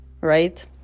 right